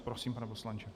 Prosím, pane poslanče.